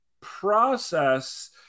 process